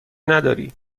نداری